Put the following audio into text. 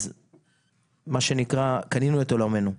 אז קנינו את עולמנו.